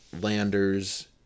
landers